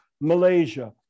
Malaysia